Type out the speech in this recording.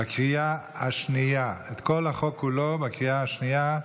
בקריאה השנייה, על כל החוק כולו בקריאה השנייה.